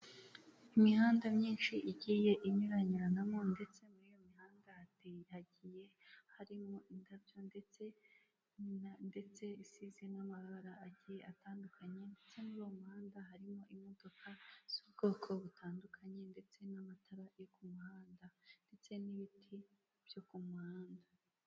Imihanda myinshi igiye inyuranyuranamo ndetse muri iyo mihanda hagiye harimo indabyo ndetse isize n'amabara atandukanye, ndetse muri uwo muhanda harimo imodoka z'ubwoko butandukanye, ndetse n'amatara yo ku muhanda ndetse n'ibiti byo ku muhanda.